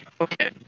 okay